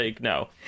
no